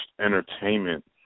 entertainment